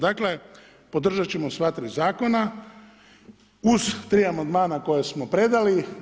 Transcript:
Dakle, podržat ćemo sva 3 zakona uz tri amandmana koje smo predali.